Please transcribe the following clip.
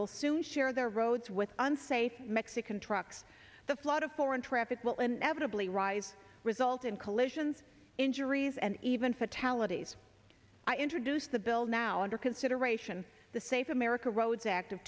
will soon share their roads with unsafe mexican trucks the flood of foreign traffic will inevitably rise result in collisions injuries and even fatalities i introduced the bill now under consideration the safe america roads act